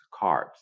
carbs